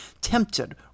Tempted